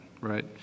right